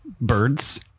Birds